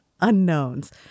unknowns